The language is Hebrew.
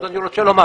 אני רוצה לומר